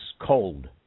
cold